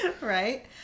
Right